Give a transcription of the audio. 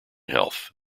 health